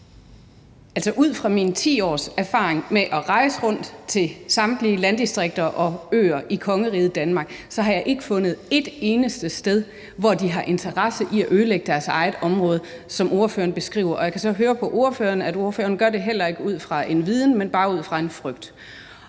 ud fra mine 10 års erfaringer med at rejse rundt til samtlige landdistrikter og øer i kongeriget Danmark har jeg ikke fundet et eneste sted, hvor de har interesse i at ødelægge deres eget område, som ordføreren beskriver det, og jeg kan så høre på ordføreren, at ordføreren heller ikke gør det ud fra en viden, men bare ud fra en frygt.